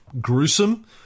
gruesome